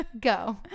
Go